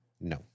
No